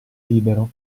libero